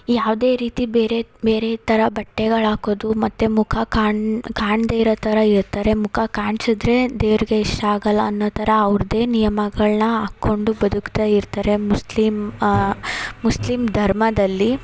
ಯಾವುದೇ ರೀತಿ ಬೇರೆ ಬೇರೆ ಥರ ಬಟ್ಟೆಗಳು ಹಾಕೋದು ಮತ್ತು ಮುಖ ಕಾಣ್ ಕಾಣದೆ ಇರೋ ಥರ ಇರ್ತಾರೆ ಮುಖ ಕಾಣ್ಸಿದ್ರೆ ದೇವರಿಗೆ ಇಷ್ಟ ಆಗಲ್ಲ ಅನ್ನೋ ಥರ ಅವ್ರದ್ದೇ ನಿಯಮಗಳನ್ನ ಹಾಕೊಂಡು ಬದುಕ್ತಾ ಇರ್ತಾರೆ ಮುಸ್ಲಿಮ್ ಮುಸ್ಲಿಮ್ ಧರ್ಮದಲ್ಲಿ